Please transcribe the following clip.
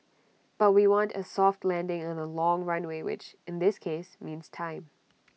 but we want A soft landing and A long runway which in this case means time